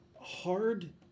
hard